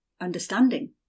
understanding